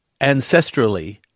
ancestrally